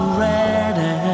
ready